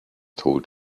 told